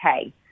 okay